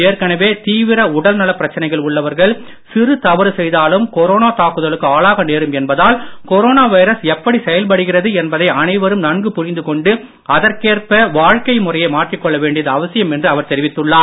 ஏற்கனவே தீவிர உடல்நலப் பிரச்சனைகள் உள்ளவர்கள் சிறு தவறு செய்தாலும் கொரோனா தாக்குதலுக்கு ஆளாக நேரும் என்பதால் கொரோனா வைரஸ் எப்படி செயல்படுகிறது என்பதை அனைவரும் நன்கு புரிந்து கொண்டு அதற்கேற்ப வாழ்க்கை முறையை மாற்றிக் கொள்ள வேண்டியது அவசியம் என்று அவர் தெரிவித்துள்ளார்